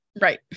right